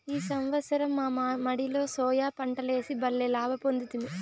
ఈ సంవత్సరం మా మడిలో సోయా పంటలేసి బల్లే లాభ పొందితిమి